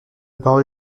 parole